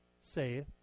saith